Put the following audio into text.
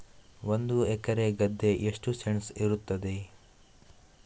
ಒಂದು ಎಕರೆ ಗದ್ದೆ ಎಷ್ಟು ಸೆಂಟ್ಸ್ ಇರುತ್ತದೆ?